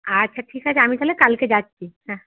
আচ্ছা ঠিক আছে আমি তাহলে কালকে যাচ্ছি হ্যাঁ